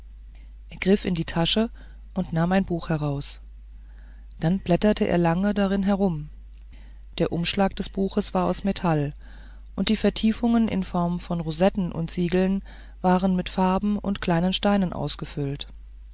er griff in die tasche und nahm ein buch heraus dann blätterte er lange darin herum der umschlag des buches war aus metall und die vertiefungen in form von rosetten und siegeln waren mit farbe und kleinen steinen ausgefüllt